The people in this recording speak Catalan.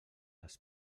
als